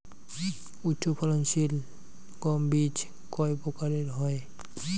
উচ্চ ফলন সিল গম বীজ কয় প্রকার হয়?